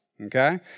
okay